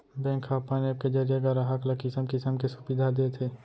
bank ह अपन app के जरिये गराहक ल किसम किसम के सुबिधा देत हे